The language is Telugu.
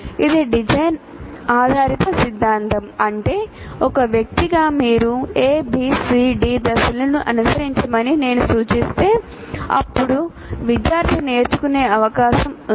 ఇది డిజైన్ ఆధారిత సిద్ధాంతం అంటే ఒక వ్యక్తిగా మీరు a b c d దశలను అనుసరించమని నేను సూచిస్తే అప్పుడు విద్యార్థి నేర్చుకునే అవకాశం ఉంది